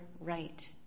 right